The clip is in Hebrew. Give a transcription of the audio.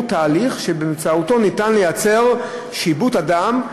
תהליך שבאמצעותו אפשר לייצר שיבוט אדם.